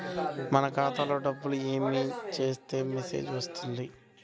మన ఖాతాలో డబ్బులు ఏమి చేస్తే మెసేజ్ వస్తుంది?